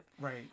Right